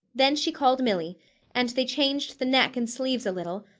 then she called milly and they changed the neck and sleeves a little,